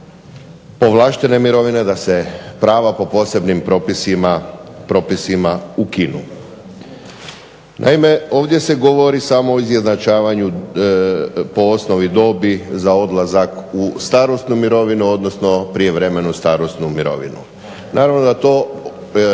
povlaštene mirovine, da se prava po posebnim propisima ukinu. Naime, ovdje se govori samo o izjednačavanju po osnovi dobi za odlazak u starosnu mirovinu, odnosno prijevremenu starosnu mirovinu. Naravno da to,